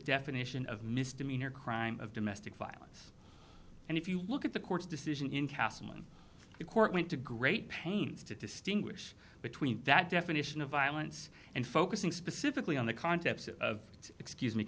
definition of misdemeanor crime of domestic violence and if you look at the court's decision in castleman the court went to great pains to distinguish between that definition of violence and focusing specifically on the concepts of excuse me